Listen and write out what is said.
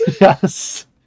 Yes